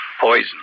Poison